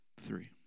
three